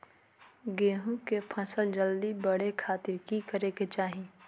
गेहूं के फसल जल्दी बड़े खातिर की करे के चाही?